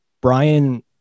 Brian